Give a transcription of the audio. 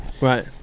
Right